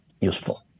useful